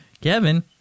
Kevin